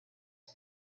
her